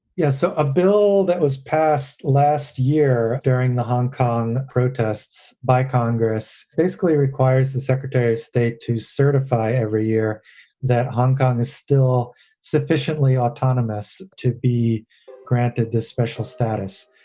yeah. so a bill that was passed last year during the hong kong protests by congress basically requires the secretary of state to certify every year that hong kong is still sufficiently autonomous to be granted this special status.